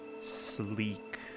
sleek